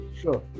sure